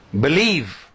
believe